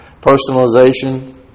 Personalization